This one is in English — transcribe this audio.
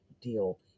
deal